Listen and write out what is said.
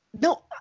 No